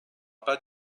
pas